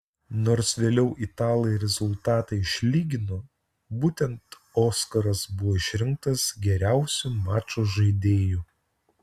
nors vėliau italai rezultatą išlygino būtent oskaras buvo išrinktas geriausiu mačo žaidėju